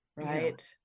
Right